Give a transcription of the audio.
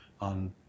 on